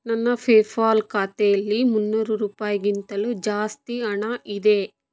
ನನ್ನ ಫೇಫಾಲ್ ಖಾತೆಯಲ್ಲಿ ಮುನ್ನೂರು ರೂಪಾಯಿಗಿಂತಲೂ ಜಾಸ್ತಿ ಹಣ ಇದೆ